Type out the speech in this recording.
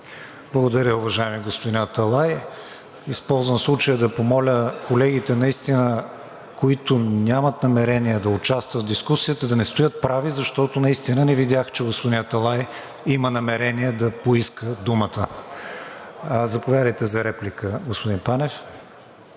Благодаря, уважаеми господин Аталай. Използвам случая да помоля колегите, които нямат намерение да участват в дискусията, да не стоят прави, защото наистина не видях, че господин Аталай има намерение да поиска думата. Заповядайте за реплика, господин Панев.